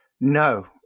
No